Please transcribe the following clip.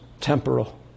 temporal